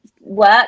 work